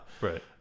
Right